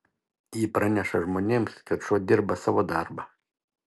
ji praneša žmonėms jog šuo dirba savo darbą